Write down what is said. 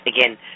again